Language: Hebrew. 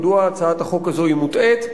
מדוע הצעת החוק הזאת היא מוטעית,